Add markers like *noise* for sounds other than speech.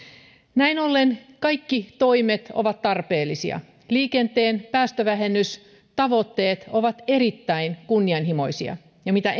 näin ollen kaikki toimet ovat tarpeellisia liikenteen päästövähennystavoitteet ovat erittäin kunnianhimoisia ja mitä *unintelligible*